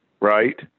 right